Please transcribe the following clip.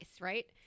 Right